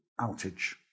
outage